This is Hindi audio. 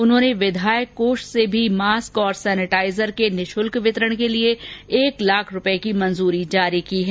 उन्होंने विधायक कोष से भी मास्क और सैनिटाइजर को निशुल्क वितरण के लिए एक लाख रूपए की मंजूरी जारी की है